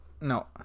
no